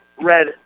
Red